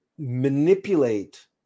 manipulate